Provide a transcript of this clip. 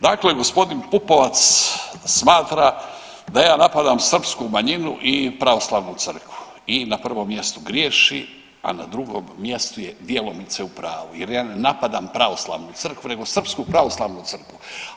Dakle, gospodin Pupovac smatra da ja napadam srpsku manjinu i pravoslavnu crkvu i na prvom mjestu griješi, a na drugom mjestu je djelomice u pravu jer ja ne napadam pravoslavnu crkvu, nego srpsku pravoslavnu crkvu.